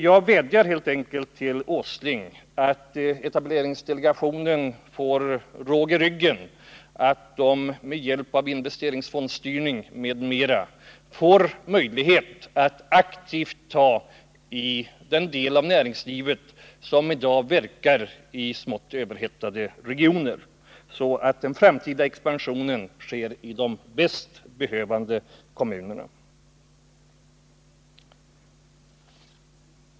Jag vädjar helt enkelt till Nils Åsling att se till att etableringsdelegationen får råg i ryggen och att den med hjälp av investeringsfondsstyrning m.m. får möjlighet att aktivt ta i den del av näringslivet som i dag verkar i smått överhettade regioner, så att den framtida expansionen sker i de bäst behövande kommunerna.